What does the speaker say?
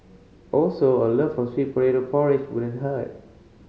also a love for sweet potato porridge wouldn't hurt